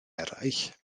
eraill